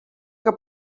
que